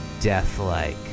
death-like